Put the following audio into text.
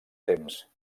temps